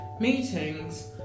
meetings